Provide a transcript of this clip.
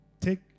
take